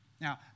Now